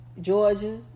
Georgia